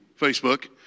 Facebook